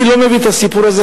אני לא מביא את הסיפור הזה,